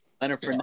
Leonard